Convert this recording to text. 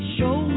Show